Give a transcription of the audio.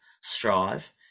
strive